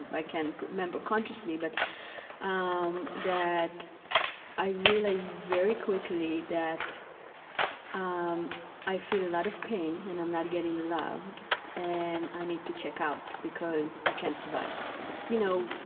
i can't remember consciously, but um that i realized very quickly that um i feel a lot of pain and i'm not getting loved and i need to check out because i can't survive this. you know,